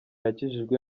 yakijijwe